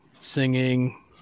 singing